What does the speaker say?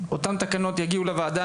אותן תקנות יגיעו לוועדה,